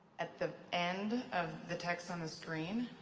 at the end of the text on the screen,